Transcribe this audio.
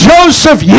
Joseph